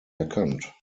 erkannt